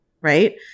right